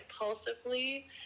impulsively